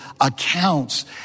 accounts